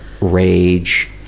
rage